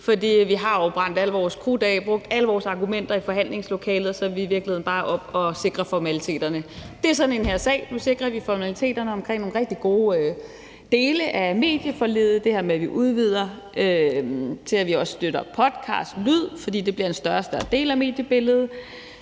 fordi vi har brændt alt vores krudt af og brugt alle vores argumenter i forhandlingslokalet, så vi er i virkeligheden bare oppe at sikre formaliteterne. Det er sådan en sag. Nu sikrer vi formaliteterne omkring nogle rigtig gode dele af medieforliget, nemlig det her med, at vi udvider det til, at vi også støtter podcast, fordi det bliver en større og større del af mediebilledet,